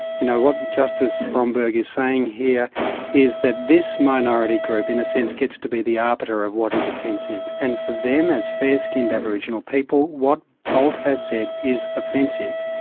you know, what justice bromberg is saying here is that this minority group in a sense gets to be the arbiter of what is offensive, and for them as fair-skinned aboriginal people, what bolt has said is offensive.